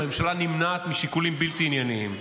והממשלה נמנעת משיקולים בלתי ענייניים.